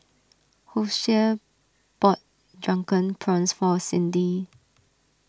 Hosea bought Drunken Prawns for Cindi